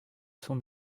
sont